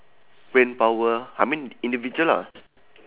brain power I mean individual lah